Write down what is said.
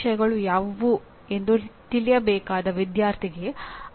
ನೀವು ಯಾವ ರೀತಿಯ ವ್ಯಕ್ತಿಗೆ ತರಬೇತಿ ನೀಡಲು ಬಯಸುತ್ತೀರಿ